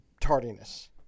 tardiness